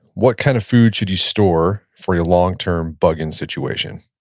what kind of food should you store for a long-term bug-in situation?